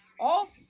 off